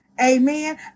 Amen